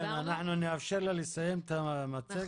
דיברנו -- אנחנו נאפשר לה לסיים את המצגת.